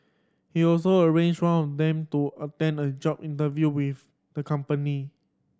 he also arranged one of them to attend a job interview with the company